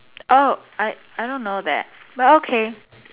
oh I I don't know that well okay